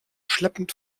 schleppend